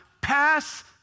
pass